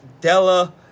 della